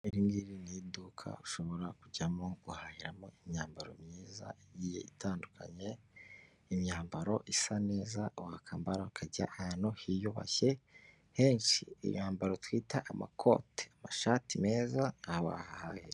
Iri ngiri ni iduka ushobora kujyamo guhahiramo imyambaro myiza igiye itandukanye, imyambaro isa neza akambaro ukajya ahantu hiyubashye henshi imyambaro twita amakote, amashati meza aha wahahahira.